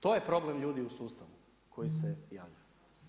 To je problem ljudi u sustavu koji se javljaju.